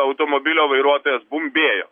automobilio vairuotojas bumbėjo